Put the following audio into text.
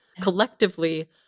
collectively